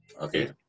Okay